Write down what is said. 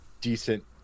decent